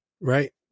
right